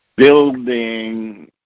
building